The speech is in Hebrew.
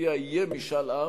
שלפיה יהיה משאל עם,